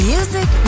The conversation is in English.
Music